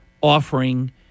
offering